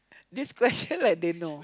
this question like they know